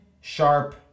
Sharp